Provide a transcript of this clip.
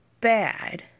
bad